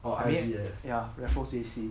I mean ya raffles J_C